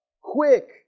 Quick